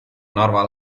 narva